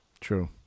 true